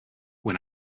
when